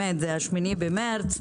היום זה ה-8 במרץ,